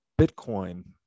Bitcoin